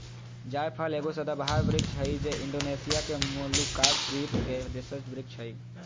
जायफल एगो सदाबहार वृक्ष हइ जे इण्डोनेशिया के मोलुकास द्वीप के देशज वृक्ष हइ